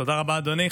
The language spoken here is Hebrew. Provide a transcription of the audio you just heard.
תודה רבה, אדוני.